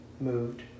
moved